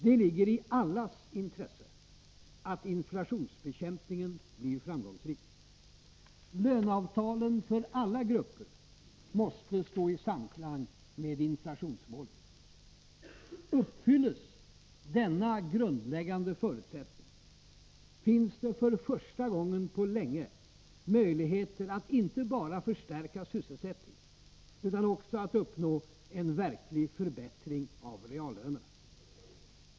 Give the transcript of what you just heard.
Det ligger i allas intresse att inflationsbekämpningen blir framgångsrik. Löneavtalen för alla grupper måste stå i samklang med inflationsmålet. Uppfylls denna grundläggande förutsättning, finns det för första gången på länge möjligheter att inte bara förstärka sysselsättningen utan också uppnå en verklig förbättring av reallönerna.